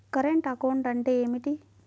Current account అంటే ఏమిటి?